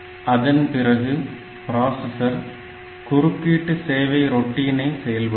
அதன் பிறகு பிராசஸர் குறுக்கீட்டு சேவை ரொட்டீனை செயல்படுத்தும்